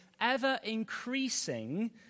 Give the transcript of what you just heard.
ever-increasing